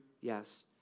yes